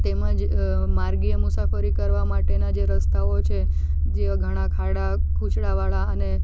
તેમજ માર્ગીય મુસાફરી કરવામાં માટેના જે રસ્તાઓ છે જે ઘણાં ખાડા ખુચડાવાળા અને